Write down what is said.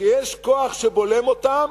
כשזה יגיע להתמודדות,